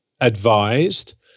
advised